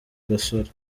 gasore